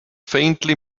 faintly